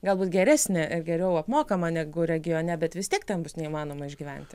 galbūt geresnį ir geriau apmokamą negu regione bet vis tiek ten bus neįmanoma išgyventi